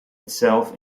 itself